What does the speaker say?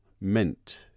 Meant